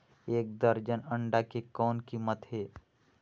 एक दर्जन अंडा के कौन कीमत हे?